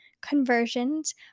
conversions